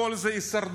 הכול זה הישרדות.